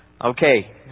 Okay